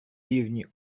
рівні